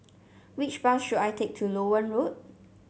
which bus should I take to Loewen Road